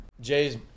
Jay's